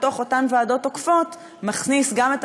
לתוך אותן ועדות עוקפות הוא מכניס גם את